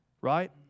right